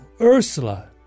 Ursula